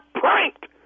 pranked